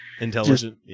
intelligent